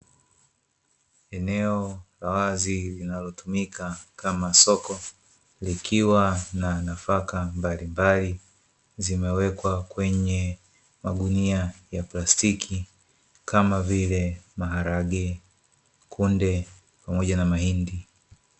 Eneo la wazi linalotumika kama soko, likiwa na nafaka mbalimbali, zimewekwa kwenye magunia ya plastiki kama vile maharage, kunde pamoja na mahindi.